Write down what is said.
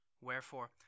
Wherefore